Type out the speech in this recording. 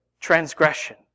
transgression